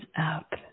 up